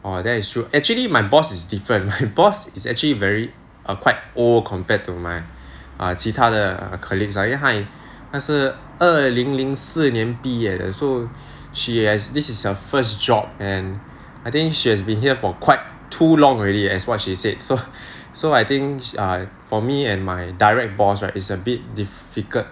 !wah! that is true actually my boss is different my boss is actually very err quite old compared to my err 其他的 colleagues ah 因为她是二零零四年毕业的 so she has this is her first job and I think she has been here for quite too long already as what she said so so I think err for me and my direct boss right is a bit difficult